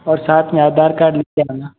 और साथ में आधार कार्ड ले आना